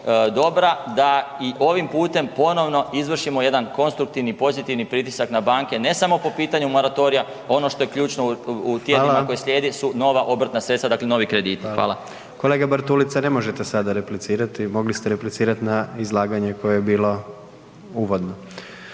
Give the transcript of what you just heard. dobra, da i ovim putem ponovno izvršimo jedan konstruktivni pozitivni pritisak na banke, ne samo po pitanju moratorija, ono što je ključno u tjednima …/Upadica: Hvala/…koja slijede su nova obrtna sredstva, dakle novi krediti. Hvala. **Jandroković, Gordan (HDZ)** Kolega Bartulica, ne možete sada replicirati, mogli ste replicirat na izlaganje koje je bilo uvodno.